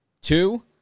Two